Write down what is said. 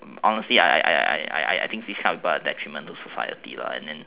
honestly I I I think these kind of people are detriment to society and then